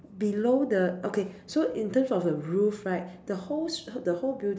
below the okay so in terms of the roof right the whole the whole building